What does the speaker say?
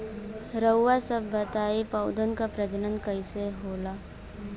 रउआ सभ बताई पौधन क प्रजनन कईसे होला?